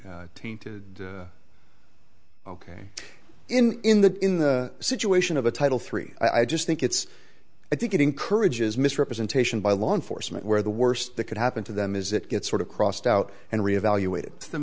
the tainted ok in the in the situation of a title three i just think it's i think it encourages misrepresentation by law enforcement where the worst that could happen to them is it gets sort of crossed out and re evaluated the